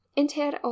inter